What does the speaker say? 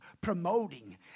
promoting